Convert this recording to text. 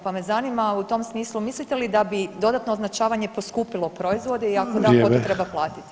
Pa me zanima u tom smislu mislite li da bi dodatno označavanje poskupilo proizvode [[Upadica Sanader: Vrijeme.]] i ako da ko to treba platiti?